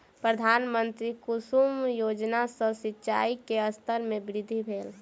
प्रधानमंत्री कुसुम योजना सॅ सिचाई के स्तर में वृद्धि भेल